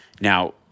Now